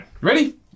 ready